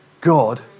God